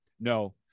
no